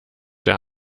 der